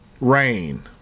rain